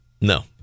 No